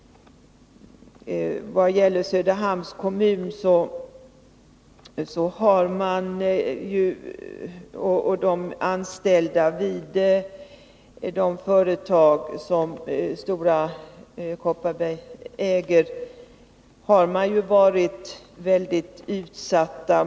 Vad gäller Söderhamns kommun har de anställda vid de företag som Stora Kopparberg äger varit mycket utsatta.